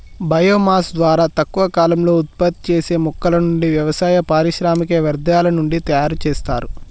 bio mass ద్వారా తక్కువ కాలంలో ఉత్పత్తి చేసే మొక్కల నుండి, వ్యవసాయ, పారిశ్రామిక వ్యర్థాల నుండి తయరు చేస్తారు